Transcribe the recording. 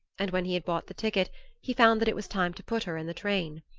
and when he had bought the ticket he found that it was time to put her in the train.